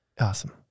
Awesome